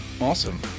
Awesome